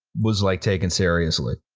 was like taken seriously.